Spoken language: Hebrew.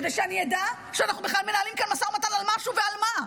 כדי שאני אדע שאנחנו בכלל מנהלים כאן משא ומתן על משהו ועל מה,